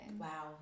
Wow